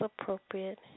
appropriate